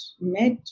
met